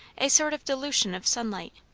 a sort of dilution of sunlight,